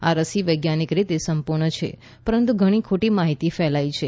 આ રસી વૈજ્ઞાનિક રીતે સંપૂર્ણ છે પરંતુ ઘણી ખોટી માહિતી ફેલાઇ છે